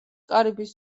კარიბის